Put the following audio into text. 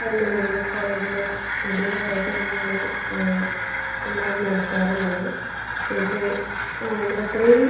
നമ്മളുടെ കോളേജിൽ അടിപൊളിയായിട്ട് തന്നെയാണ് എല്ലാം നടത്താറുള്ളത് ഞങ്ങൾക്ക് ആ നമ്മളത്രയും